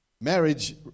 Marriage